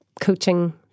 coaching